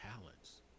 talents